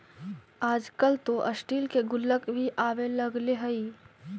आजकल तो स्टील के गुल्लक भी आवे लगले हइ